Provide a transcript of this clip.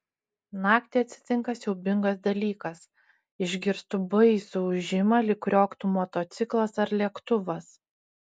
naktį atsitinka siaubingas dalykas išgirstu baisų ūžimą lyg krioktų motociklas ar lėktuvas